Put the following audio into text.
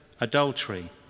adultery